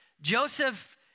Joseph